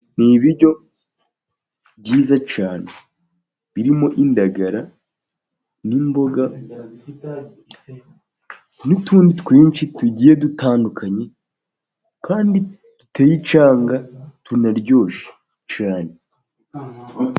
Ni ibiryo byiza cyane, birimo indagara n'imboga, n'utundi twinshi, tugiye dutandukanye kandi duteye icyanga, tunaryoshye cyane.